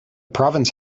province